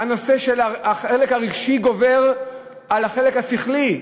החלק הרגשי גובר על החלק השכלי.